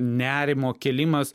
nerimo kėlimas